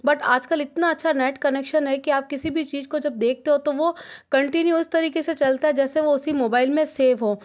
but आजकल इतना अच्छा नेट कनेक्शन है कि आप किसी भी चीज़ को जब देखते हो तो वह कंटिन्यू उसे तरीके से चलता जैसे वह उसी मोबाइल में सेव हो